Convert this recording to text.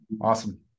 Awesome